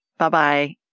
Bye-bye